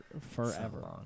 forever